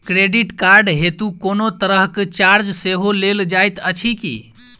Credit card हेतु कोनो तरहक चार्ज सेहो लेल जाइत अछि की?